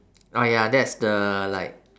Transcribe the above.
ah ya that's the like